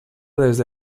desde